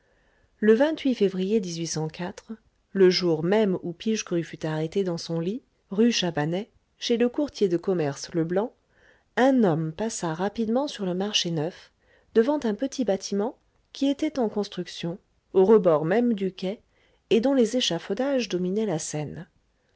le février le jour même où pichegru fut arrêté dans son lit rue chabanais chez le courtier de commerce leblanc un homme passa rapidement sur le marché neuf devant un petit bâtiment qui était en construction au rebord même du quai et dont les échafaudages dominaient la seine